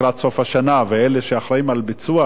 ואלה שאחראים על ביצוע ויישום המדיניות,